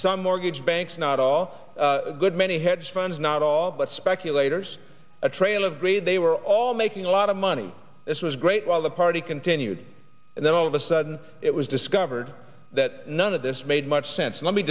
some mortgage banks not all good many hedge funds not all but speculators a trail of greed they were all making a lot of money this was great while the party continued and then all of a sudden it was discovered that none of this made much sense let me